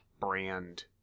brand